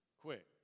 quick